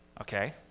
okay